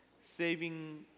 saving